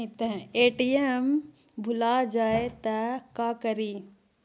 ATM भुला जाये त का करि?